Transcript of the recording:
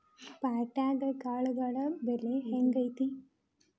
ಪ್ಯಾಟ್ಯಾಗ್ ಕಾಳುಗಳ ಬೆಲೆ ಹೆಂಗ್ ಐತಿ?